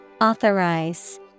authorize